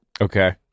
Okay